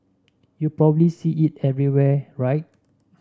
you probably see it everywhere right